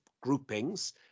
groupings